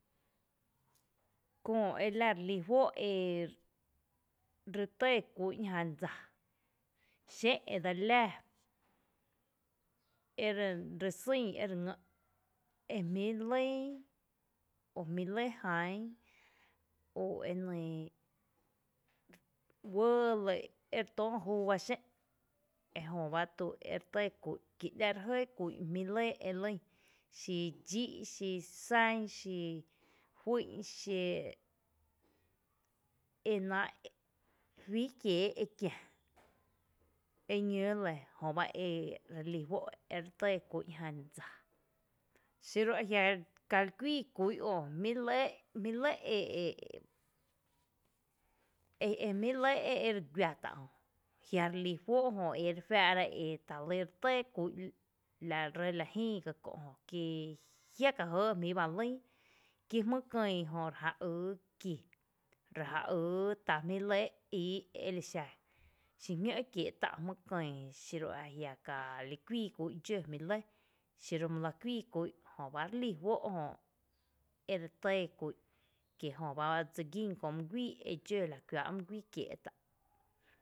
Köö ela re lí juó’ ee ri tɇɇ kú’n jan dsa xén’ e dse li láa e re sýn e jmíi’ lýn o jmíi’ lɇ ján o e nɇɇ ‘uɇɇ e re töö júú ba xé’n ejöba tu ere tɇɇ kú’n kie e rí jɇɇ kú’n jmí lɇ e lýn, xí dxí’ xí sá’n xí, xí ju´’n xí e e nⱥⱥ’ fí kiee’ e kiä eñóó lɇ jöba ere lí juó’ e re tɇɇ kú’n jan dsa. Xiru a jiá’ Kali kuii kú’n o jmí lɇ e e e e e jmí’ lɇ e re guⱥ tá’ jö jia’ relí juó’ jö e re juáá’ra e ta lɇ re tɇɇ kú’n la ree la jïï ka kö’ jö kí jiaka jɇɇ jmí ba lýn kí jmý kïï re ja ýý ta jmí’ lɇ íí elixa xiñǿ’ kiee’ tá’ jmý kÿÿ xiro ajiakali kuii kú’n dx´jmí lɇ, xiru my lⱥ kuii kú’n jö barelí juó’ ere tɇɇ kú’n kí jöba re lí juó’ dse gín mý guíi edxo la kuⱥⱥ’ mý guíi kiee’ tá’.